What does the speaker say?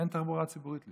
אין תחבורה ציבורית לשם.